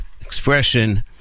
expression